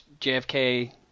JFK